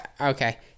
okay